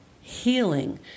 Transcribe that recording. healing